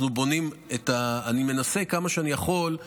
אני מנסה כמה שאני יכול,